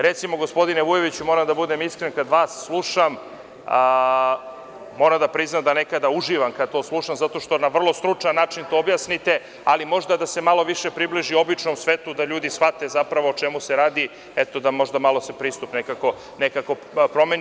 Recimo, gospodine Vujoviću, moram da bude iskren, kada vas slušam, moram da priznam da nekada uživam kada to slušam, zato što na vrlo stručan način objasnite, ali možda da se malo više približi običnom svetu, da ljudi shvate o čemu se radi, da se možda malo pristup nekako promeni.